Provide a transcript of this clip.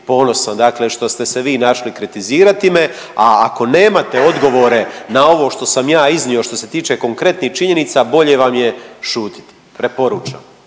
ponosan, dakle što ste se vi našli kritizirati me, a ako nemate odgovore na ovo što sam ja iznio što se tiče konkretnih činjenica, bolje vam je šutiti, preporučam.